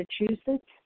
Massachusetts